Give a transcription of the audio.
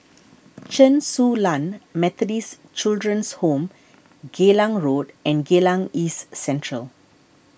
Chen Su Lan Methodist Children's Home Geylang Road and Geylang East Central